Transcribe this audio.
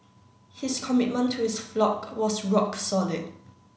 his commitment to his flock was rock solid